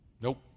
Nope